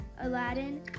Aladdin